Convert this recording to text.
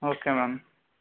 okay ma'am